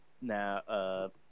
Now